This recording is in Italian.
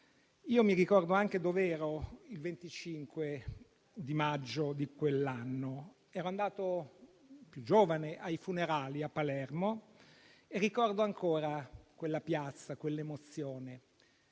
Io mi ricordo anche dov'ero il 25 maggio di quell'anno: era andato, più giovane, ai funerali a Palermo e ricordo ancora quella piazza e quell'emozione.